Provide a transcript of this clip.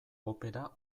opera